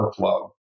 workflow